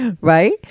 Right